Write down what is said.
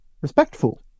respectful